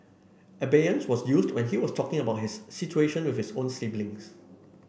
Abeyance was used when he was talking about his situation with his own siblings